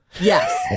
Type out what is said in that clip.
Yes